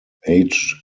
aged